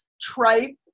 tripe